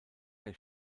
der